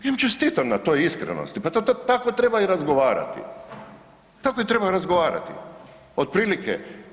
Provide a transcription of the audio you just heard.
Ja im čestitam na toj iskrenosti, pa to tako treba i razgovarati, tako i treba razgovarati otprilike.